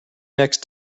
next